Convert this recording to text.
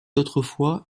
autrefois